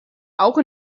auch